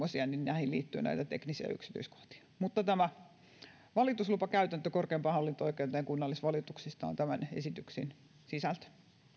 muita semmoisia eli näihin liittyy näitä teknisiä yksityiskohtia mutta tämä valituslupakäytäntö korkeimpaan hallinto oikeuteen kunnallisvalituksista on tämän esityksen sisältö